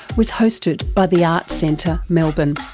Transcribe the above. was hosted by the arts centre melbourne.